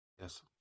Yes